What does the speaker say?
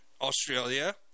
Australia